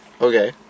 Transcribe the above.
Okay